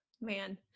man